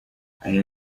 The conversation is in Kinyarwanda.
aya